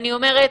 אני אומרת,